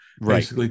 Right